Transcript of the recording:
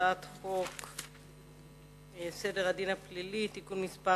הצעת חוק סדר הדין הפלילי (תיקון מס'